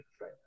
right